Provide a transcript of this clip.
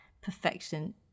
perfection